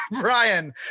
Brian